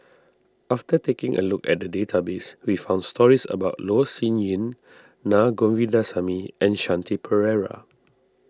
after taking a look at the database we found stories about Loh Sin Yun Na Govindasamy and Shanti Pereira